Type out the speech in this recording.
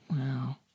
Wow